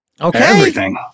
okay